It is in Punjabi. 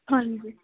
ਹਾਂਜੀ